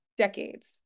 Decades